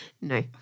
No